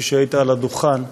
כשהיית על הדוכן,